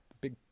big